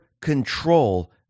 control